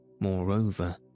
Moreover